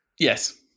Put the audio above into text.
Yes